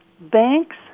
banks